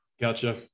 Gotcha